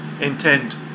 intent